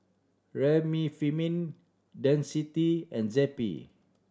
Remifemin Dentiste and Zappy